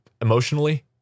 emotionally